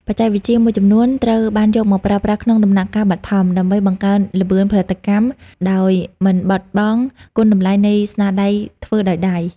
បច្ចេកវិទ្យាមួយចំនួនត្រូវបានយកមកប្រើប្រាស់ក្នុងដំណាក់កាលបឋម ដើម្បីបង្កើនល្បឿនផលិតកម្មដោយមិនបាត់បង់គុណតម្លៃនៃស្នាដៃធ្វើដោយដៃ។